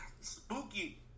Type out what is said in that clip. spooky